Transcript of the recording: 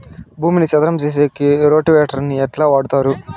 భూమిని చదరం సేసేకి రోటివేటర్ ని ఎట్లా వాడుతారు?